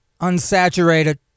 unsaturated